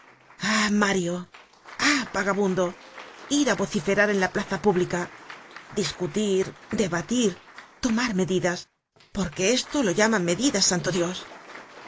mario ah vagabundo ir á vociferar en la plaza pública discutir debatir tomar medidas porque esto lo llaman medidas santo dios